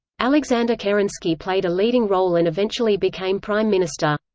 alexander kerensky played a leading role and eventually became prime minister.